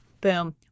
Boom